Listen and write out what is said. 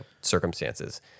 circumstances